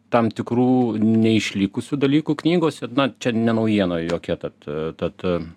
tam tikrų neišlikusių dalykų knygose na čia ne naujiena jokia tad ta ta